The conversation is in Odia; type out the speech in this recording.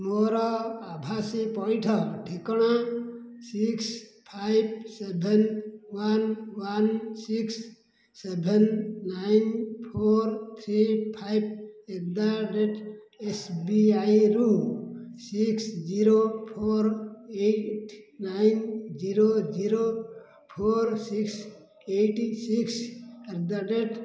ମୋର ଆଭାସି ପଇଠ ଠିକଣା six five seven one one six seven nine four three five at the rate ଏସ୍ବିଆଇରୁ six zero four eight nine zero zero four six eight six at the rate